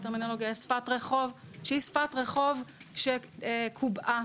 שהיא שפת רחוב שקובעה,